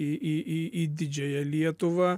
į į į į didžiąją lietuvą